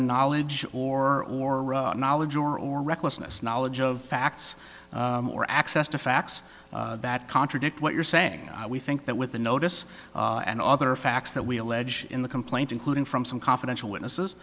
knowledge or or knowledge or or recklessness knowledge of facts or access to facts that contradict what you're saying we think that with the notice and other facts that we allege in the complaint including from some confidential witnesses